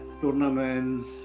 tournaments